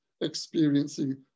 experiencing